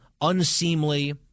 unseemly